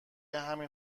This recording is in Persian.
همین